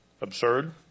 Absurd